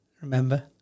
Remember